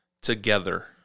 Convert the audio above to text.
together